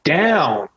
down